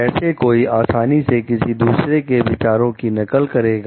कैसे कोई आसानी से किसी दूसरे के विचार की नकल करेगा